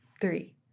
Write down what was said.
three